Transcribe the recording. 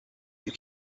you